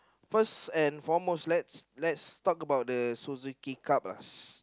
first and foremost let's let's talk about the Suzuki Cup uh